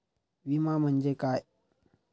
विमा म्हणजे काय?